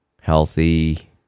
healthy